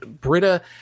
britta